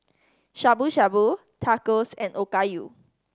Shabu Shabu Tacos and Okayu